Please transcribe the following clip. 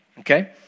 Okay